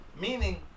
Meaning